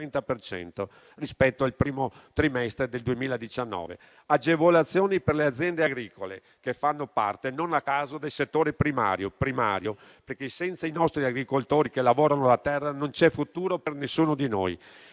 al primo trimestre del 2019; agevolazioni per le aziende agricole che fanno parte, non a caso, del settore primario, perché senza i nostri agricoltori che lavorano la terra non c'è futuro per nessuno di noi;